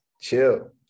chill